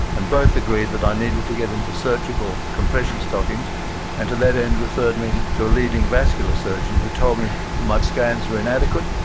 and both agreed that i needed to get into surgical compression stockings and to that end referred me to a leading vascular surgeon who told me that my scans were inadequate,